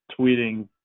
tweeting